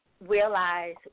realize